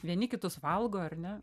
vieni kitus valgo ar ne